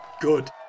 good